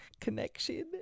connection